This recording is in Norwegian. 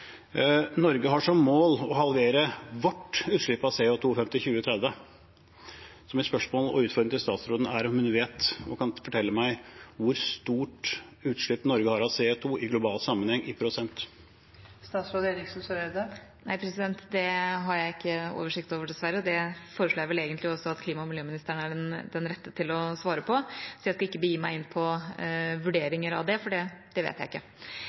Norge har som mål å halvere sitt utslipp av CO 2 frem til 2030. Mitt spørsmål og min utfordring til utenriksministeren er om hun vet og kan fortelle meg hvor stort utslipp Norge har av CO 2 i global sammenheng, i prosent. Nei, det har jeg ikke oversikt over, dessverre, og det foreslår jeg vel egentlig at klima- og miljøministeren er den rette til å svare på. Jeg skal ikke begi meg inn på vurderinger av det, for det vet jeg ikke.